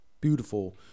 beautiful